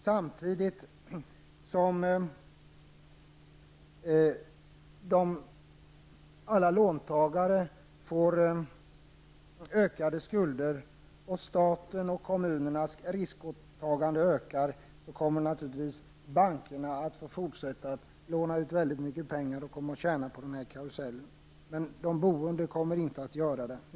Samtidigt som alla låntagare får ökade skulder och statens och kommunernas risktagande ökar kommer naturligtvis bankerna att kunna fortsätta att låna ut mycket pengar, och de kommer att tjäna på den här karusellen. De boende, staten och kommunen kommer inte att göra det.